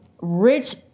rich